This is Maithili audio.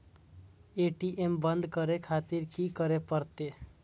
ए.टी.एम बंद करें खातिर की करें परतें?